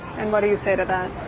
and what do you say to that?